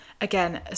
Again